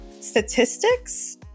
statistics